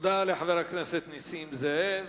תודה לחבר הכנסת נסים זאב.